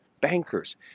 bankers